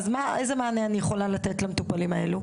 איזה מענה אני יכולה לתת למטופלים האלה?